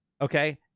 okay